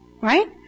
Right